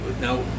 No